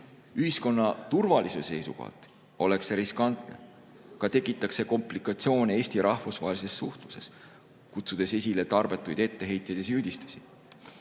Ühiskonna turvalisuse seisukohalt oleks see riskantne. Samuti tekitaks see komplikatsioone Eesti rahvusvahelises suhtluses, kutsudes esile tarbetuid etteheiteid ja